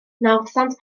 nawddsant